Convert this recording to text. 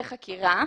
חקירה,